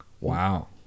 Wow